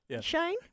Shane